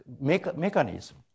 mechanism